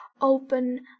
open